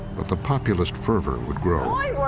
but the populist fervor would grow.